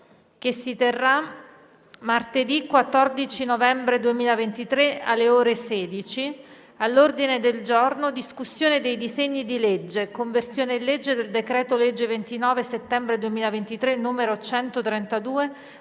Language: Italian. Grazie a tutti